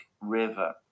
River